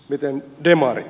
miten demarit